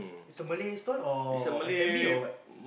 is a Malay stall or F-and-B or what